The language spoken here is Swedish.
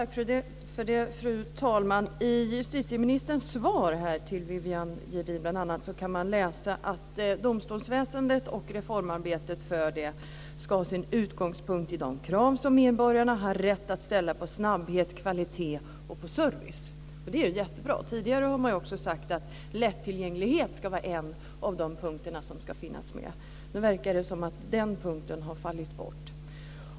Fru talman! I justitieministerns svar till bl.a. Viviann Gerdin kan man läsa att reformarbetet när det gäller domstolsväsendet ska ha sin utgångspunkt i de krav som medborgarna har rätt att ställa på snabbhet, kvalitet och service. Det är jättebra. Tidigare har man också sagt att lättillgänglighet ska vara en av de punkter som ska finnas med. Nu verkar det som om den punkten har fallit bort.